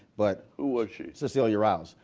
but who was she? cecilia roberts.